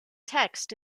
text